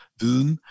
viden